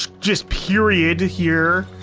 just period here.